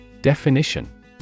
Definition